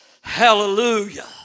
Hallelujah